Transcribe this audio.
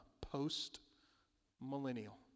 post-millennial